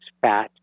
fat